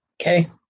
Okay